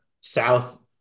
South